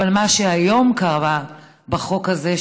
אבל מה שהיום קרה בחוק הזה,